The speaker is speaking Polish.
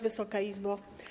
Wysoka Izbo!